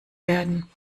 werden